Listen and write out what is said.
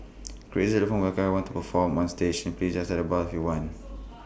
crazy elephant welcomes everyone to perform on stage please tell the bar if you want